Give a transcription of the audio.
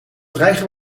dreigen